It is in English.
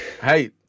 Hey